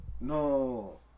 No